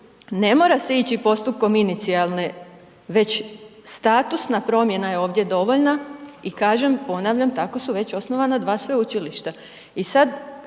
ne mora se ići postupkom inicijalne već statusna promjena je ovdje dovoljna i kažem, ponavljam, tako su već osnovana 2 sveučilišta.